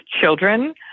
children